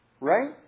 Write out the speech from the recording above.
Right